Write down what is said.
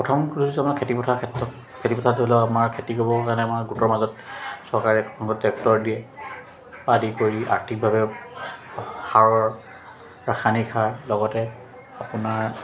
প্ৰথম কৈ লৈছো আমাৰ খেতিপথাৰ ক্ষেত্ৰত খেতিপথাৰ ধৰি লওক আমাৰ খেতি কৰিবৰ কাৰণে আমাৰ গোটৰ মাজত চৰকাৰে ট্ৰেক্টৰ দিয়ে আদি কৰি আৰ্থিকভাৱে সাৰৰ ৰাসায়নিক সাৰ লগতে আপোনাৰ